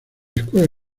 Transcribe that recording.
escuela